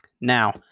Now